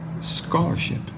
scholarship